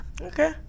Okay